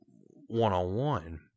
one-on-one